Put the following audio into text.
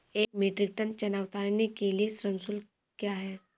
एक metric tonne चना उतारने के लिए श्रम शुल्क क्या है?